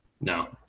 No